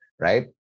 right